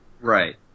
Right